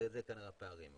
ואלה כנראה הפערים.